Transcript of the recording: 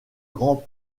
grand